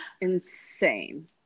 insane